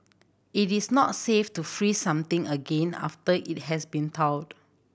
it is not safe to freeze something again after it has been thawed